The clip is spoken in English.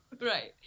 Right